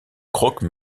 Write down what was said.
croque